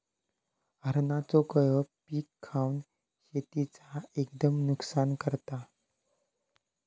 हरणांचो कळप पीक खावन शेतीचा एकदम नुकसान करता